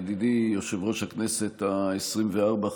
ידידי יושב-ראש הכנסת העשרים-וארבע,